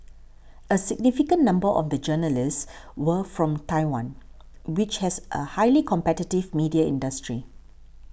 a significant number of the journalists were from Taiwan which has a highly competitive media industry